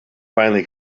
finally